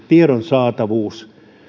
tiedon saatavuus